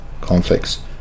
conflicts